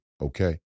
okay